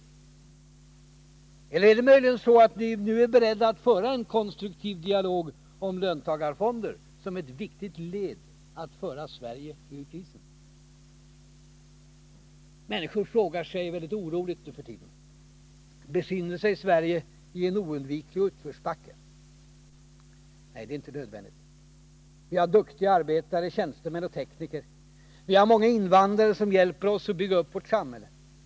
Eller är ni möjligen nu beredda att föra en konstruktiv dialog om löntagarfonder som ett viktigt led i strävan att föra Sverige ur krisen? Människor nu för tiden frågar sig oroligt: Befinner sig Sverige i en oundviklig utförsbacke? Nej, inte nödvändigtvis. Vi har duktiga arbetare, tjänstemän och tekniker, och vi har många invandrare som hjälper oss att bygga upp vårt samhälle.